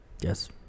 Yes